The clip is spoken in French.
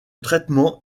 traitement